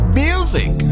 music